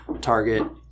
Target